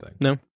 No